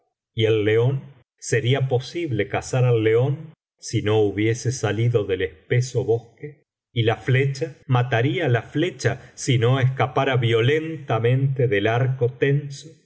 y el león sería posible cazar al león si no hiibiese salido del espeso bosque y la flecha mataiia la flecha si no escapara violentamente del arco tenso